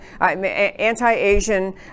anti-Asian